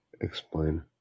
explain